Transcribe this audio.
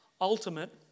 ultimate